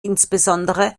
insbesondere